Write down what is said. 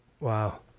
Wow